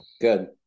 good